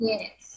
Yes